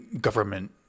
government